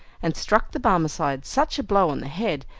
and struck the barmecide such a blow on the head,